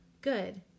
Good